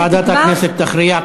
ועדת הכנסת תכריע.